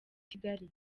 kigali